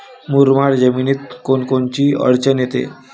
मुरमाड जमीनीत कोनकोनची अडचन येते?